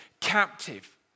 captive